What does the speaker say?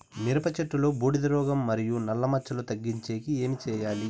మిరప చెట్టులో బూడిద రోగం మరియు నల్ల మచ్చలు తగ్గించేకి ఏమి చేయాలి?